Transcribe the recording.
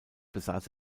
besaß